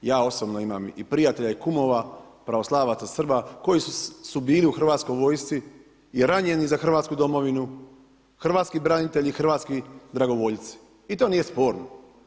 Ja osobno imam i prijatelja i kumova pravoslavaca, Srba koji su bili u Hrvatskoj vojsci i ranjeni za Hrvatsku domovinu, hrvatski branitelji i hrvatski dragovoljci i to nije sporno.